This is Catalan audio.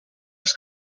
els